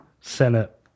Senate